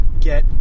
get